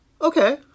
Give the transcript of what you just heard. Okay